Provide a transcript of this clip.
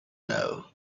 know